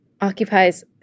occupies